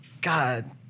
God